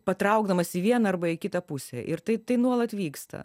patraukdamas į vieną arba į kitą pusę ir tai tai nuolat vyksta